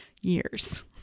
years